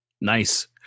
Nice